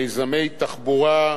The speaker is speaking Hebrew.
מיזמי תחבורה,